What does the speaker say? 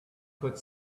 could